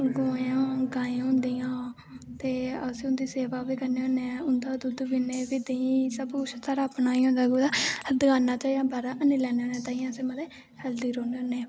गायां होंदियां ते अस उंदी सेवा बी करने होन्ने ऐं उंदा दुध्द पीने देंही सब कुश अपना ई होंदा दकानां ते बाह्रा अनी लैन्ने होने तांईयै अस मतलव कि हैल्दी रोह्न्ने होन्ने